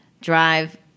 drive